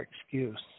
excuse